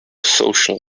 social